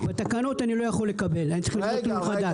בתקנות אני לא יכול לקבל, אני צריך לול חדש.